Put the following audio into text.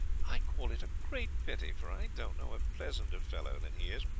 i call it a great pity, for i don't know a pleasanter fellow than he is.